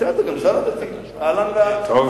בסדר, גם אלסאנע דתי, אהלן וסהלן.